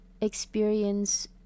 experience